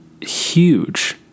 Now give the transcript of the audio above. huge